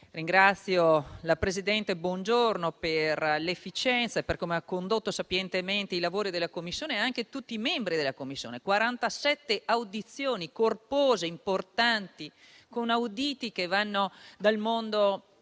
Ringrazio la presidente Bongiorno, per l'efficienza e per come ha condotto sapientemente i lavori della Commissione, e anche tutti i membri della Commissione: quarantasette audizioni corpose, importanti, con auditi che vanno dal mondo